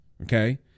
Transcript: okay